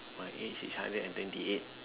my age is hundred and twenty eight